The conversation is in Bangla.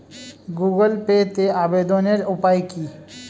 গুগোল পেতে আবেদনের উপায় কি?